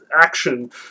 action